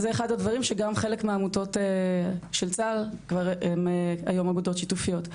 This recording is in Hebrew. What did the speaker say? זה אחד הדברים שגם חלק מהעמותות של צה"ל הם היום גם אגודות שיתופיות.